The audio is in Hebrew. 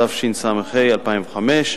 התשס"ה 2005,